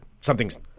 Something's